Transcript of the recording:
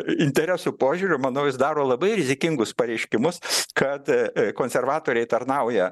interesų požiūriu manau jis daro labai rizikingus pareiškimus kad konservatoriai tarnauja